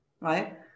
right